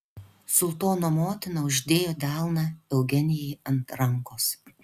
sultono motina uždėjo delną eugenijai ant rankos